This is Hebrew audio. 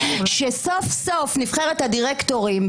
כשסוף-סוף נבחרת הדירקטורים,